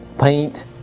paint